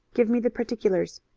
give me the particulars.